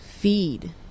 feed